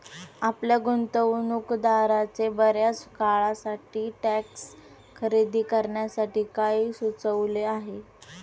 आपल्या गुंतवणूकदाराने बर्याच काळासाठी स्टॉक्स खरेदी करण्यासाठी काय सुचविले आहे?